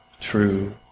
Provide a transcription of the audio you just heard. true